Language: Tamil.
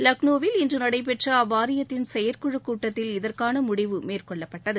லக்ளோவில் இன்று நடைபெற்ற அவ்வாரியத்தின் செயற்குழுக் கூட்டத்தில் இதற்கான முடிவு மேற்கொள்ளப்பட்டது